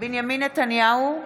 בנימין נתניהו,